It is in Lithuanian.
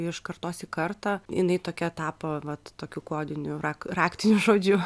iš kartos į kartą jinai tokia tapo vat tokiu kodiniu rak raktiniu žodžiu